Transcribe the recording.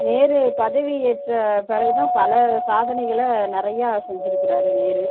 நேரு பதவி ஏற்ற பிறகுதா பல சாதனைகளை நிறையா செஞ்சிருக்கிறாரு நேரு